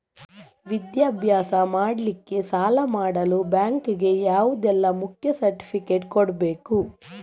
ವಿದ್ಯಾಭ್ಯಾಸ ಮಾಡ್ಲಿಕ್ಕೆ ಸಾಲ ಮಾಡಲು ಬ್ಯಾಂಕ್ ಗೆ ಯಾವುದೆಲ್ಲ ಮುಖ್ಯ ಸರ್ಟಿಫಿಕೇಟ್ ಕೊಡ್ಬೇಕು?